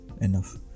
enough